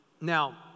Now